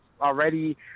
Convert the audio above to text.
already